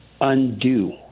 undo